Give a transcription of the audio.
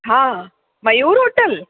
हा मयूर होटल